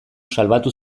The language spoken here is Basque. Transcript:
salbatu